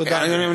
תודה, אדוני.